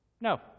No